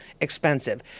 expensive